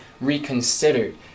reconsidered